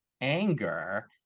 anger